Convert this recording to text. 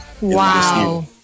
Wow